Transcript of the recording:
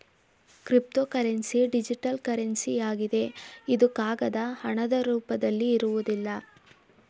cryptocurrency digital currency ಆಗಿದೆ ಇದು ಕಾಗದ ಹಣದ ರೂಪದಲ್ಲಿ ಇರುವುದಿಲ್ಲ